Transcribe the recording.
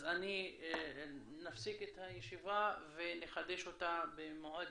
אז אנחנו נפסיק את הישיבה ונחדש אותה במועד